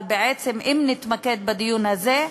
אבל בעצם אם נתמקד בדיון הזה,